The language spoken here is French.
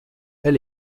elle